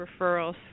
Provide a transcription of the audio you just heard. referrals